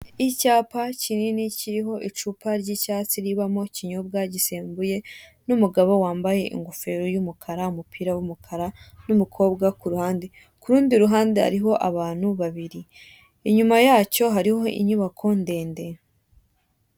Icyapa kinini kiriho icupa ry'icyatsi ribamo ikinyobwa gisembuye numugabo wambaye ingofero y'umukara umupira w'umukara numukobwa kuruhande, kurundi ruhande hariho abantu babiri inyuma yacyo hariho inyubako ndende.